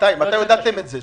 מתי הודעתם את זה?